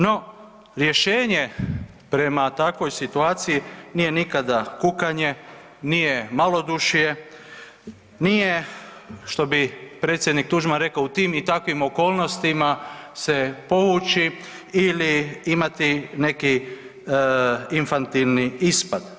No, rješenje prema takvoj situaciji nije nikada kukanje, nije nikada malodušje, nije, što bi predsjednik Tuđman rekao, u tim i takvim okolnostima se povući ili imati neki infantilni ispad.